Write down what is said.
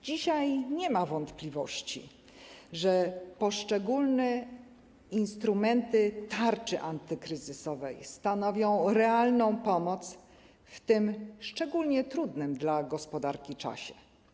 Dzisiaj nie ma wątpliwości, że poszczególne instrumenty tarczy antykryzysowej stanowią realną pomoc w tym szczególnie trudnym dla gospodarki czasie.